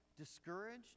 discouraged